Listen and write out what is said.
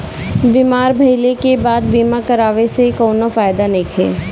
बीमार भइले के बाद बीमा करावे से कउनो फायदा नइखे